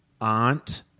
aunt